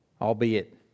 Albeit